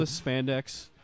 spandex